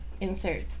insert